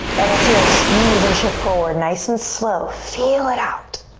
exhale, squeeze and shift forward. nice and slow. feel it out.